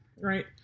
right